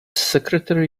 secretary